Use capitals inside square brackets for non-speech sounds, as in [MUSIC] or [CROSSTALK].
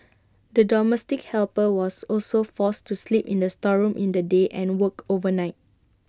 [NOISE] the domestic helper was also forced to sleep in the storeroom in the day and worked overnight